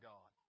God